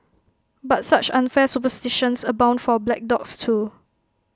but such unfair superstitions abound for black dogs too